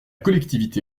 collectivité